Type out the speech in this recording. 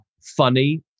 funny